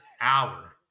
hour